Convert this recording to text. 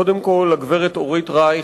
קודם כול, הגברת אורית רייך.